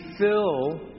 fill